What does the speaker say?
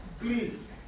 Please